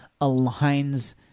aligns